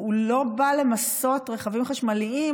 לא בא למסות רכבים חשמליים.